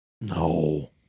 No